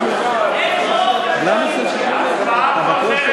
הצעת חוק-יסוד: הכנסת,